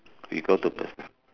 we go to pers~